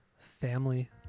family